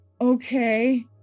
Okay